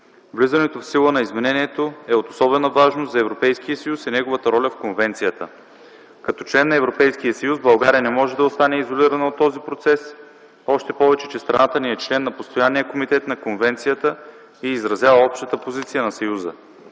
Влизането в сила на изменението е от особена важност за Европейския съюз и неговата роля в Конвенцията. Като член на Европейския съюз България не може да остане изолирана от този процес, още повече че страната ни е член на Постоянния комитет на Конвенцията и изразява общата позиция на Съюза.